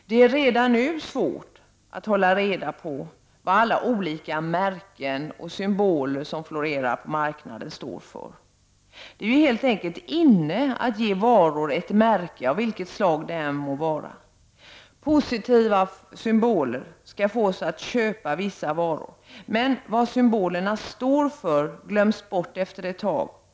Det är redan nu svårt att hålla reda på vad alla olika märken och symboler som florerar på marknaden står för. Det är ”inne” att ge varor ett märke, av vilket slag det än må vara. Positiva symboler skall få oss att köpa vissa varor, men vad symbolerna står för glöms bort efter ett tag.